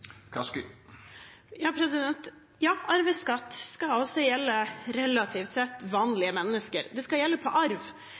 Ja, arveskatt skal også gjelde relativt sett